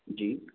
जी